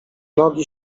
nogi